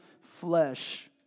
flesh